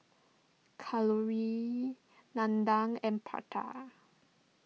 Kalluri Nandan and Pratap